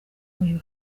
uyu